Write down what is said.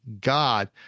God